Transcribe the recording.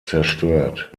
zerstört